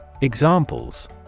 Examples